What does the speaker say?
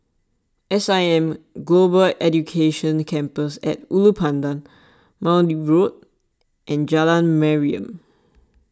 S I M Global Education Campus at Ulu Pandan Maude Road and Jalan Mariam